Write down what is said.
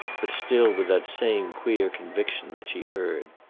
but still with that same queer conviction that she heard.